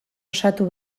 osatu